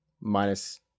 minus